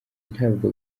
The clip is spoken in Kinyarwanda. ntabwo